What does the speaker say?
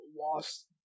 lost